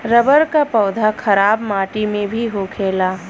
rubber क पौधा खराब माटी में भी होखेला